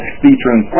featuring